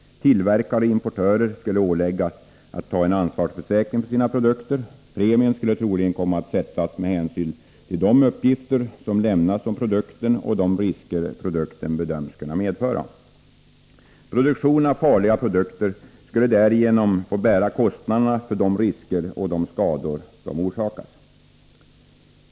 Tillverkare och importörer skulle genom ett sådant kunna åläggas att ta en ansvarsförsäkring för sina produkter. Premien skulle kunna sättas med hänsyn till de uppgifter som lämnas om produkten och de risker produkten kan bedömas medföra. Produktionen av farliga produkter skulle härigenom få bära kostnaderna för de risker och de skador den orsakar.